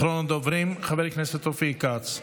אחרון הדוברים, חבר הכנסת אופיר כץ.